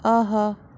آہا